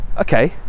okay